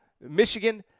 Michigan